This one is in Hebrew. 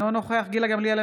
אינו נוכח גילה גמליאל,